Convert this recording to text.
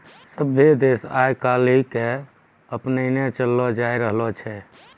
सभ्भे देश आइ काल्हि के अपनैने चललो जाय रहलो छै